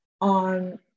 on